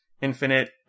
Infinite